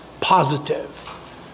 positive